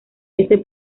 ese